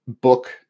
book